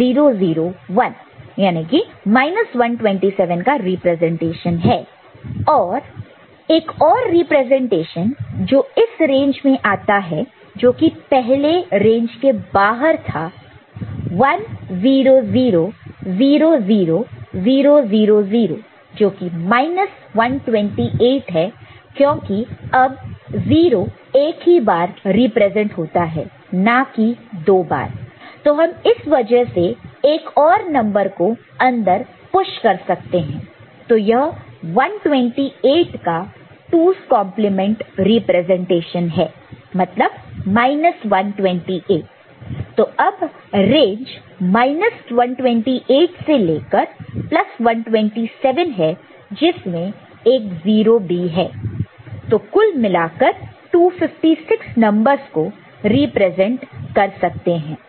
0 0 0 1 127 का रिप्रेजेंटेशन है और एक और रिप्रेजेंटेशन जो इस रेंज में आता है जो कि पहले रेंज के बाहर था 1 0 0 0 0 0 0 0 जोकि 128 है क्योंकि अब 0 एक ही बार रिप्रेजेंट होता है ना कि 2 बार तो हम इस वजह से एक और नंबर को अंदर पुश कर सकते हैं तो यह 128 का 2's complement representation 2's complement representation है मतलब 128 तो अब रेंज 128 से लेकर 127 है जिसमें एक 0 भी है तो कुल मिलाकर 256 नंबरस को रिप्रेजेंट कर सकते हैं